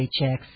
paychecks